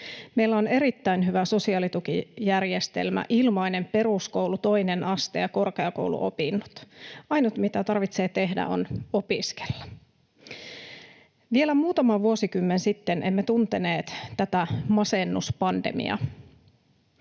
Meillä on erittäin hyvä sosiaalitukijärjestelmä, ilmainen peruskoulu, toinen aste ja korkeakouluopinnot. Ainut, mitä tarvitsee tehdä, on opiskella. Vielä muutama vuosikymmen sitten emme tunteneet tätä masennuspandemiaa.